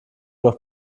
noch